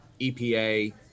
epa